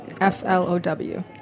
F-L-O-W